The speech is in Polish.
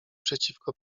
przeciwko